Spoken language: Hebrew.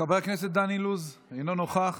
חבר הכנסת דן אילוז, אינו נוכח,